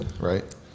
right